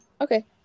Okay